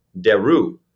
deru